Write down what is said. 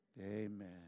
Amen